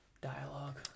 Dialogue